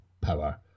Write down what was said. power